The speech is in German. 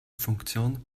funktion